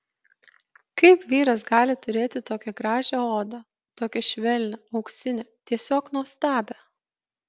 kaip vyras gali turėti tokią gražią odą tokią švelnią auksinę tiesiog nuostabią